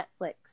Netflix